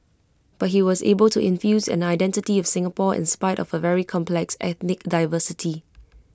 but he was able to infuse an identity of Singapore in spite of A very complex ethnic diversity